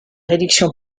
réduction